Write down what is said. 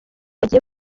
bagiye